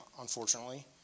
unfortunately